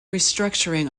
restructuring